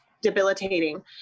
debilitating